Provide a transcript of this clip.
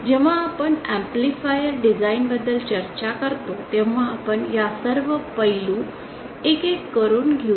जेव्हा आपण amplifier design बद्दल चर्चा करतो तेव्हा आपण या सर्व पैलू एक एक करून घेऊ